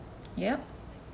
yup